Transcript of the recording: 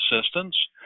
assistance